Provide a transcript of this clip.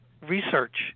research